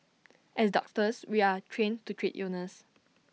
as doctors we are trained to treat illness